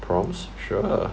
prompts sure